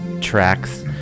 tracks